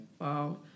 wow